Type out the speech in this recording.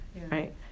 Right